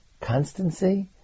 Constancy